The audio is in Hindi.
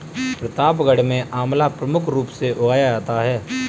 प्रतापगढ़ में आंवला प्रमुख रूप से उगाया जाता है